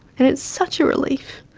and it's such a relief.